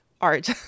art